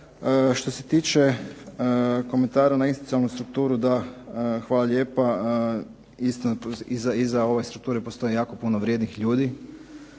Što se tiče komentara na institucionalnu strukturu, da, hvala lijepa. Istina, iza ove strukture postoji jako puno vrijednih ljudi